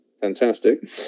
Fantastic